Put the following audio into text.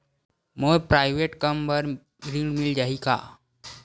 मोर private कम बर ऋण मिल जाही का?